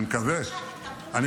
אני מקווה --- אז בבקשה,